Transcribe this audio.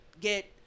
get